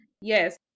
Yes